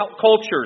cultures